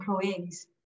employees